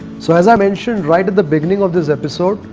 so as i mentioned right at the beginning of this episode.